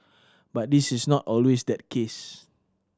but this is not always that case